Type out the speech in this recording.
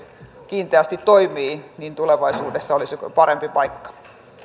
kiinteästi toimii olisiko se tulevaisuudessa parempi paikka